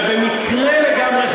אתה במקרה לגמרי,